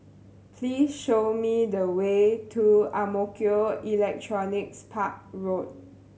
please show me the way to Ang Mo Kio Electronics Park Road